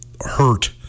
hurt